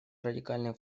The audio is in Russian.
радикальных